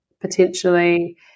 potentially